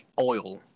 oil